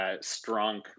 Strong